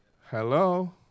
Hello